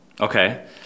Okay